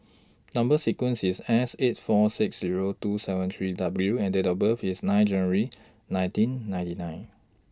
Number sequence IS S eight four six Zero two seven three W and Date of birth IS nine January nineteen ninety nine